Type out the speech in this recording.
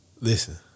Listen